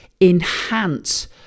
enhance